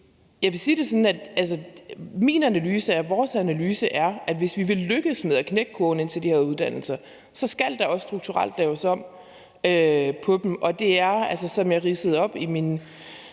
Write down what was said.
Jeg vil sige det sådan, at min analyse er og vores analyse er, at hvis vi vil lykkes med at knække kurven ind til de her uddannelser, skal der også strukturelt laves om på dem. Og som jeg ridsede op i min